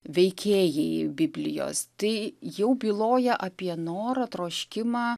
veikėjai biblijos tai jau byloja apie norą troškimą